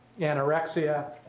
anorexia